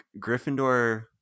Gryffindor